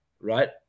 right